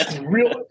real